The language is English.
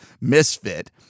misfit